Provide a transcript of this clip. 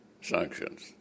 sanctions